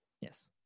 Yes